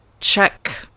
check